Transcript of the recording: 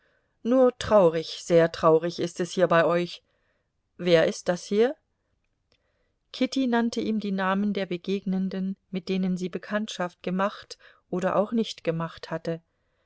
nur traurig sehr traurig ist es hier bei euch wer ist das hier kitty nannte ihm die namen der begegnenden mit denen sie bekanntschaft gemacht oder auch nicht gemacht hatte